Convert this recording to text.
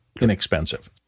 inexpensive